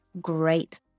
great